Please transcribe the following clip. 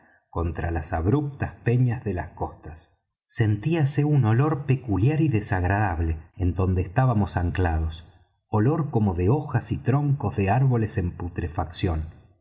contra las abruptas peñas de las costas sentíase un olor peculiar y desagradable en donde estábamos anclados olor como de hojas y troncos de árboles en putrefacción